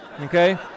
Okay